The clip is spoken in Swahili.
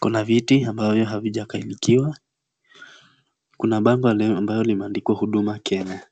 Kuna viti ambavyo havijakaliwa. Kuna bango ambalo limeandikwa Huduma Kenya.